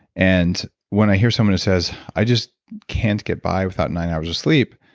and when i hear someone who says, i just can't get by without nine hours of sleep,